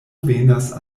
venas